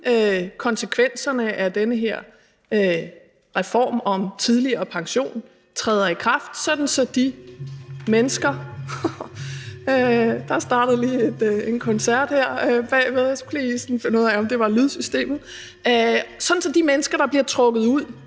konsekvenserne af den her reform om tidligere pension træder i kraft, sådan at de mennesker, der bliver trukket ud,